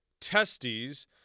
testes